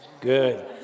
Good